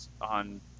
on